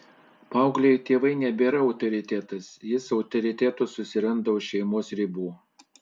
paaugliui tėvai nebėra autoritetas jis autoritetų susiranda už šeimos ribų